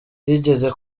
yigeze